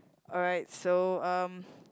alright so um